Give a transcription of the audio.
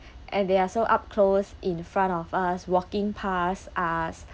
and they are so up close in front of us walking pass us